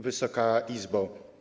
Wysoka Izbo!